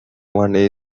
money